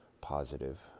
positive